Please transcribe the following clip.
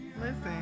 listen